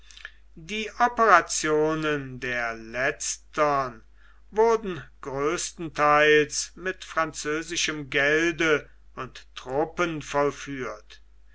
die operationen der letztern wurden größtenteils mit französischem gelde und truppen vollführt